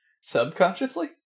Subconsciously